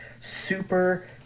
super